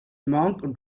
monk